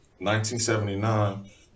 1979